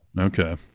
Okay